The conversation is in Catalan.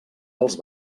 als